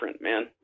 man